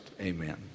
amen